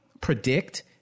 predict